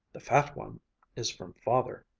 the fat one is from father,